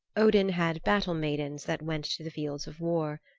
odin had battle-maidens that went to the fields of war.